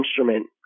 instrument